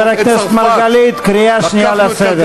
חבר הכנסת מרגלית, קריאה שנייה לסדר.